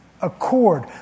accord